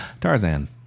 Tarzan